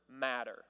matter